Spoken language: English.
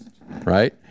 right